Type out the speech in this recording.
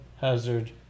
Hazard